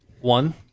One